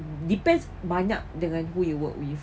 depends banyak dengan who you work with